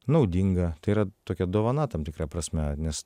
naudinga tai yra tokia dovana tam tikra prasme nes